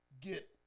get